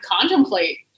contemplate